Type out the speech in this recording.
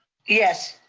yes.